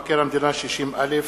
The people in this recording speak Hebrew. דוח מבקר המדינה 60א,